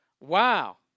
Wow